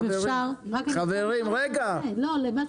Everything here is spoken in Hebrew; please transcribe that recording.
האם יש גם הגדרה,